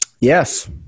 Yes